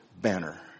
banner